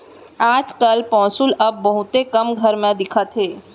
आज काल पौंसुल अब बहुते कम घर म दिखत हे